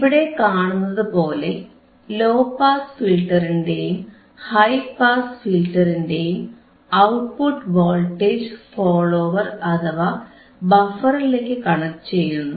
ഇവിടെ കാണുന്നതുപോലെ low pass ഫിൽറ്ററിന്റെയും ഹൈ പാസ് ഫിൽറ്ററിന്റെയും ഔട്ട്പുട്ട് വോൾട്ടേജ് ഫോളോവർ അഥവാ ബഫറിലേക്ക് കണക്ട് ചെയ്യുന്നു